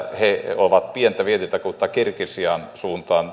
he ovat pientä vientitakuuta kirgisian suuntaan